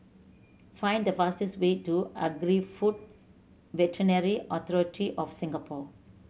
find the fastest way to Agri Food Veterinary Authority of Singapore